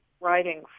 writing